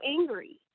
angry